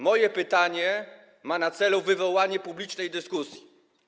Moje pytanie ma na celu wywołanie publicznej dyskusji.